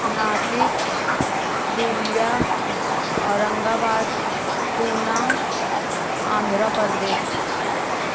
Nashik Dhule Aurangabad Pune Andhra Pradesh